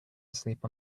asleep